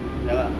ya lah